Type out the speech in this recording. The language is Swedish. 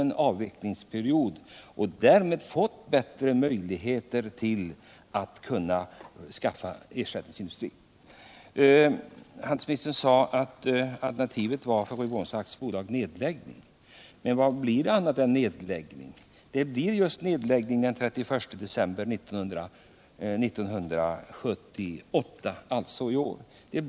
Man hade under den tidsfristen fått bättre möjligheter att skaffa ersättningsindustri. Handelsministern sade att alternativet för Rydboholms AB var nedläggning. Vad blir det annat än nedläggning? Resultatet blir ju just nedläggning den 31 december 1978.